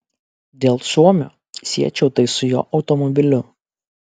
dėl suomio siečiau tai su jo automobiliu